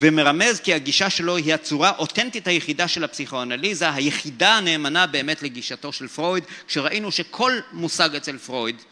ומרמז כי הגישה שלו היא הצורה, אותנטית היחידה של הפסיכואנליזה, היחידה הנאמנה באמת לגישתו של פרויד, שראינו שכל מושג אצל פרויד,